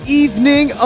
evening